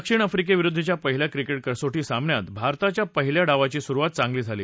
दक्षिण आफ्रिकेविरूद्धच्या पहिल्या क्रिकेट कसोटी सामन्यात भारताच्या पहिल्याडावाची सुरूवात चांगली झाली